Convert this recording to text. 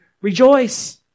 Rejoice